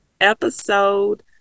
episode